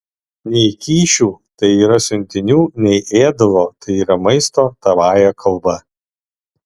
nei kyšių tai yra siuntinių nei ėdalo tai yra maisto tavąja kalba